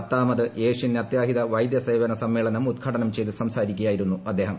പത്താമത് ഏഷ്യൻ അത്യാഹിത വൈദ്യ സേവന സമ്മേളനം ഉദ്ഘാടനം ചെയ്ത് സംസാരിക്കുകയായിരുന്നു അദ്ദേഹം